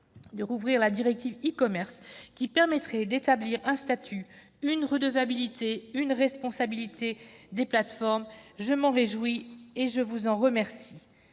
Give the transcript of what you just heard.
de rouvrir la directive sur le e-commerce, qui permettrait d'établir un statut, une redevabilité, une responsabilité des plateformes. Je m'en réjouis et je vous en remercie.